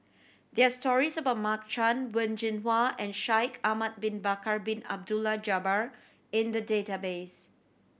there're stories about Mark Chan Wen Jinhua and Shaikh Ahmad Bin Bakar Bin Abdullah Jabbar in the database